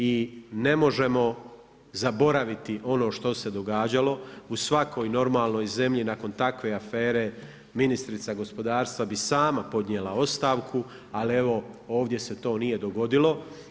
I ne možemo zaboraviti ono što se događalo u svakoj normalnoj zemlji nakon takve afere, ministrica gospodarstva bi sama podnijela ostavku, ali evo ovdje se to nije dogodilo.